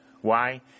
Why